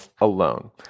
alone